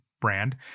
brand